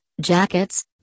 jackets